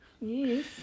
Yes